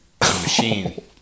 machine